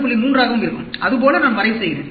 3 ஆகவும் இருக்கும் அது போல நான் வரைவு செய்கிறேன்